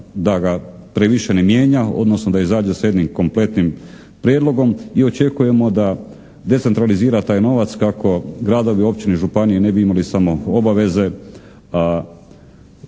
da ga previše ne mijenja, odnosno da izađe sa jednim kompletnim prijedlogom i očekujemo da decentralizira taj novac kako gradovi, općine, županije ne bi imali samo obaveze,